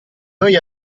noi